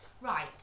Right